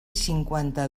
cinquanta